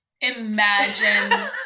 imagine